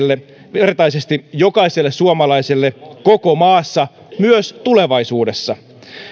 yhdenvertaisesti jokaiselle suomalaiselle koko maassa myös tulevaisuudessa